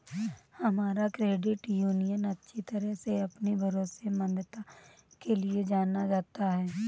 हमारा credit union अच्छी तरह से अपनी भरोसेमंदता के लिए जाना जाता है